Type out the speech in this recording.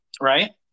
Right